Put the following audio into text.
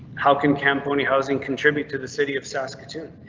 how can camponi housing contribute to the city of saskatoon?